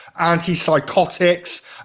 antipsychotics